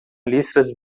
listras